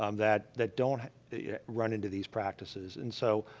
um that that don't run into these practices. and so,